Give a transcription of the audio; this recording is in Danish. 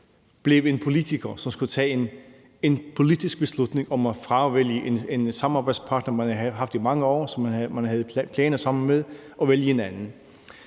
blev til en politiker, som skulle tage en politisk beslutning om at fravælge en samarbejdspartner, man havde haft i mange år, og som man havde planer sammen med, og vælge en anden.